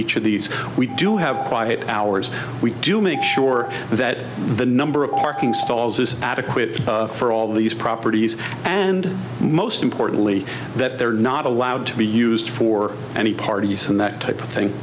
each of these we do have quiet hours we do make sure that the number of parking stalls is adequate for all of these properties and most importantly that they're not allowed to be used for any party and that type of thing